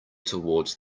toward